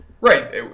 Right